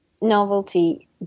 novelty